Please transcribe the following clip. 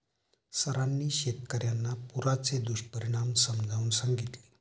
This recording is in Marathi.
सरांनी शेतकर्यांना पुराचे दुष्परिणाम समजावून सांगितले